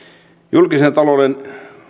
julkisen talouden